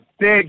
big